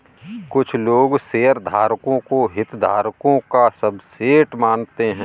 कुछ लोग शेयरधारकों को हितधारकों का सबसेट मानते हैं